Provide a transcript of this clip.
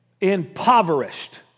impoverished